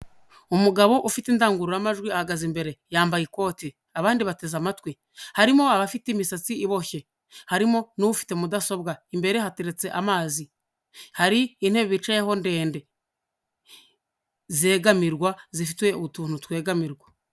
Umugabo ufite indangururamajwi ahagaze imbere yambaye ikote abandi bateze amatwi, harimo abafite imisatsi iboshye harimo n'ufite mudasobwa, imbere ye hateretse amazi. Hari intebe bicayeho ndende, zegamirwa zifite utuntu twegamirwa.